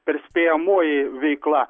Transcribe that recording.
perspėjamoji veikla